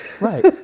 Right